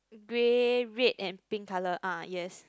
grey red and pink colour ah yes